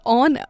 on